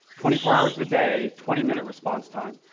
twenty four hours a day, twenty minute response time.